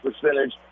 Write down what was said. percentage